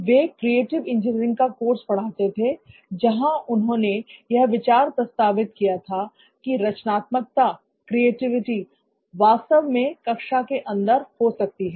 वह creative engineering का course पढ़ाते थे जहां उन्होंने यह विचार प्रस्तावित किया कि रचनात्मकता वास्तव में कक्षा के अंदर हो सकती है